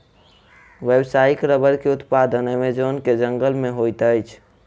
व्यावसायिक रबड़ के उत्पादन अमेज़न के जंगल में होइत अछि